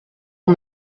mon